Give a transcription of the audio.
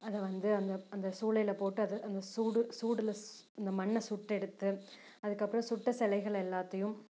அதை வந்து அந்த சூளையில் போட்டு அதை அந்த சூடு சூடில் அந்த மண்ணை சுட்டெடுத்து அதுக்கப்புறம் சுட்ட சிலைகள எல்லாத்தையும்